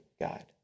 God